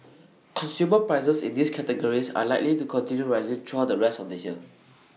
consumer prices in these categories are likely to continue rising throughout the rest of the here